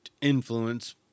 influence